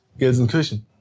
Gelsenkirchen